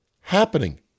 happening